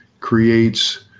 creates